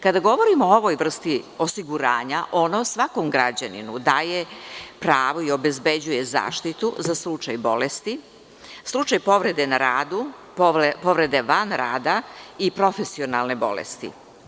Kada govorimo o ovoj vrsti osiguranja ono svakom građaninu daje pravo i obezbeđuje zaštitu za slučaj bolesti, slučaj povrede na radu, povrede van rada i profesionalne bolesti.